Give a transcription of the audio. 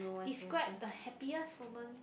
describe the happiest moment